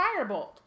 Firebolt